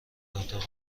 اتاق